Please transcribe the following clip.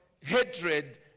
hatred